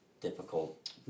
difficult